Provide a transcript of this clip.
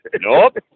Nope